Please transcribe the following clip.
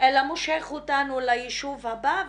אלא מושך אותנו ליישוב הבא?